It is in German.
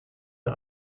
vom